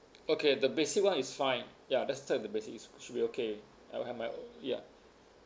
okay the basic [one] is fine ya that's the the basic should be okay I will have my own ya